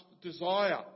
desire